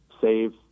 save